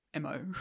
MO